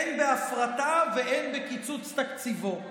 הן בהפרטה והן בקיצוץ תקציבו.